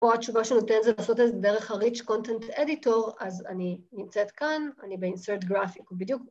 פה התשובה שאני נותנת זה לעשות את זה דרך הrich content editor, אז אני נמצאת כאן, אני בinsert graphic, בדיוק.